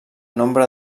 nombre